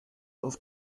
auf